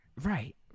Right